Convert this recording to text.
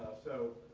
so,